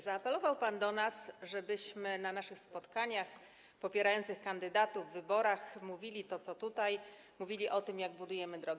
Zaapelował pan do nas, żebyśmy na naszych spotkaniach popierających kandydatów w wyborach mówili to, co tutaj, żebyśmy mówili o tym, jak budujemy drogi.